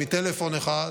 מטלפון אחד,